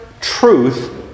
truth